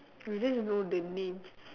I only know the names